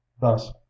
thus